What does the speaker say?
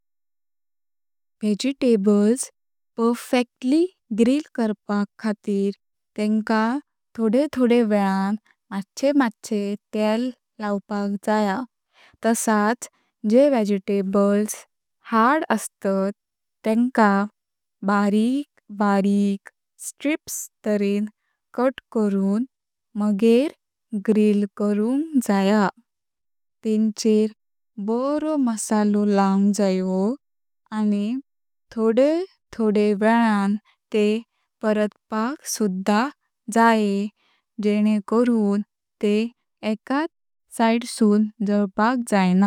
Vegetables perfectly grill करपाक खातीर तेंका थोडे थोडे वेळान माठशे माठशे तेल लावपाक जाय। तसच जे व्हेजिटेबल्स हार्ड अस्तात तेंका बारिक बारिक स्ट्रिप्स तारेन कट करुन मागेर ग्रिल करूनक जाय। तेन्चेर बारो मसालो लावक जायो आनी थोडे थोडे वेळान तेह परतपाक सुध्दा जायें जेनें करुन तेह एकट साइड सुं जाळपाक जाणां।